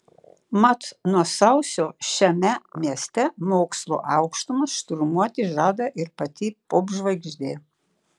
mat nuo sausio šiame mieste mokslo aukštumas šturmuoti žada ir pati popžvaigždė